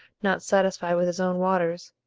not satisfied with his own waters,